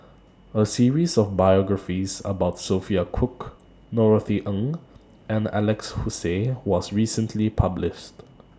A series of biographies about Sophia Cooke Norothy Ng and Alex Josey was recently published